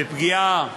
בפגיעה,